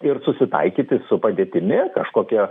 ir susitaikyti su padėtimi kažkokia